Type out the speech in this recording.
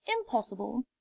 impossible